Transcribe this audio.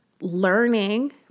learning